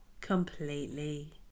completely